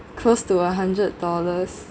close to a hundred dollars